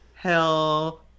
hell